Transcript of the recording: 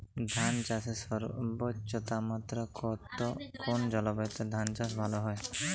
ধান চাষে সর্বোচ্চ তাপমাত্রা কত কোন জলবায়ুতে ধান চাষ ভালো হয়?